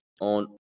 on